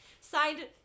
Signed